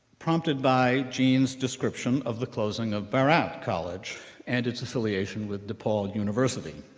prompted by jean's description of the closing of barat college and its affiliation with depaul university.